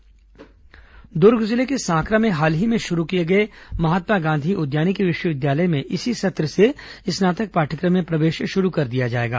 कृषि मंत्री उद्यानिकी विवि दुर्ग जिले के सांकरा में हाल ही में शुरू किए गए महात्मा गांधी उद्यानिकी विश्वविद्यालय में इसी सत्र से स्नातक पाठ्यक्रम में प्रवेश शुरू कर दिया जाएगा